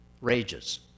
rages